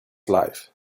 life